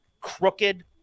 crooked